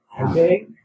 Okay